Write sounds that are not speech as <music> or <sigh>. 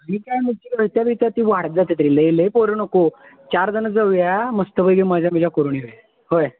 मी काय <unintelligible> ती वाढत जातात रे लई लई पोरं नको चार जणं जाऊया मस्तपैकी मजा मजा करून येऊया होय